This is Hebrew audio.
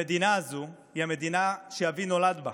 המדינה הזו היא המדינה שאבי נולד בה,